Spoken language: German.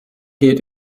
geht